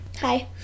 Hi